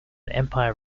empire